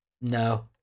No